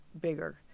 bigger